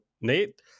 Nate